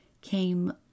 came